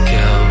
go